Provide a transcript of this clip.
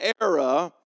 era